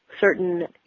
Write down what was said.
certain